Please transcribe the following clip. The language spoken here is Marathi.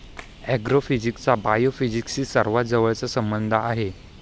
ऍग्रोफिजिक्सचा बायोफिजिक्सशी सर्वात जवळचा संबंध आहे